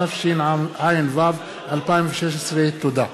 התשע"ו 2016. תודה.